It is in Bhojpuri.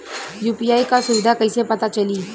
यू.पी.आई क सुविधा कैसे पता चली?